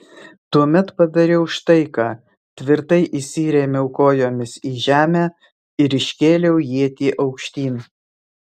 tuomet padariau štai ką tvirtai įsirėmiau kojomis į žemę ir iškėliau ietį aukštyn